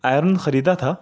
iron خریدا تھا